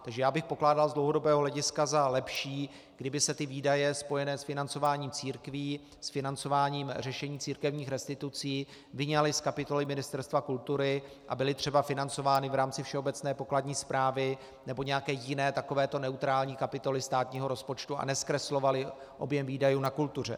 Takže já bych pokládal z dlouhodobého hlediska za lepší, kdyby se výdaje spojené s financování církví, s financováním řešení církevních restitucí vyňaly z kapitoly Ministerstva kultury a byly třeba financovány v rámci všeobecné pokladní správy nebo nějaké jiné takovéto neutrální kapitoly státního rozpočtu a nezkreslovaly objem výdajů na kultuře.